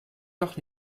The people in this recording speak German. doch